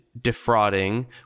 defrauding